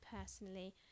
personally